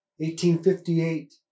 1858